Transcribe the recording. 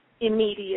immediate